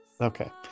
Okay